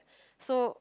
so